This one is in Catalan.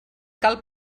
cal